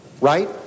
right